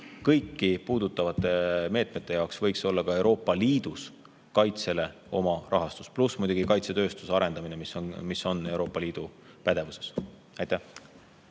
kõiki puudutavate meetmete jaoks võiks olla ka Euroopa Liidus oma kaitserahastus, pluss muidugi kaitsetööstuse arendamine, mis on Euroopa Liidu pädevuses. Priit